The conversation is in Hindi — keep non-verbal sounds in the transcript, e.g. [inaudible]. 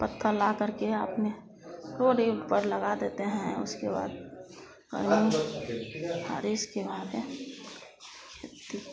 पत्थर लाकर के आप में थोड़ी ऊपर लगा देते हैं उसके बाद [unintelligible] और इसके बाद इतनी